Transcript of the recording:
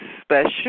special